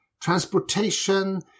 Transportation